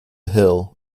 hill